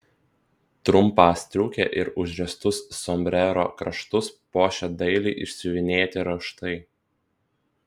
trumpą striukę ir užriestus sombrero kraštus puošė dailiai išsiuvinėti raštai